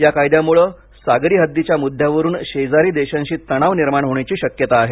या कायद्यामुळे सागरी हद्दीच्या मुद्यावरून शेजारी देशांशी तणाव निर्माण होण्याची शक्यता आहे